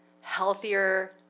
healthier